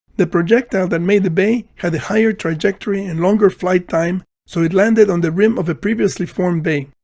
the projectile that made the bay had a higher trajectory and longer flight time so it landed on the rim of a previously formed bay.